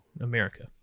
America